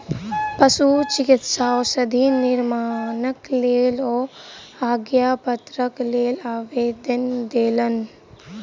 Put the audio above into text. पशुचिकित्सा औषधि निर्माणक लेल ओ आज्ञापत्रक लेल आवेदन देलैन